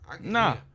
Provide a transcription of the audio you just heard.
Nah